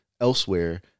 elsewhere